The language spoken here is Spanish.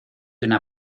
una